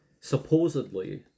supposedly